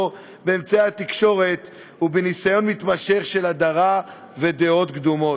באמצעי התקשורת ובניסיון מתמשך של הדרה ודעות קדומות".